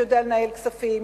שיודע לנהל כספים,